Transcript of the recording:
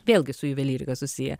vėlgi su juvelyrika susiję